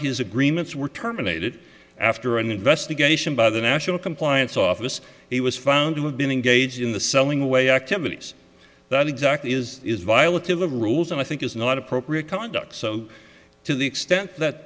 his agreements were terminated after an investigation by the national compliance office it was found to have been engaged in the selling away activities that exact is is violative of rules and i think is not appropriate conduct so to the extent that